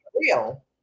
real